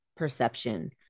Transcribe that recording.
Perception